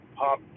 pop